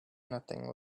nothing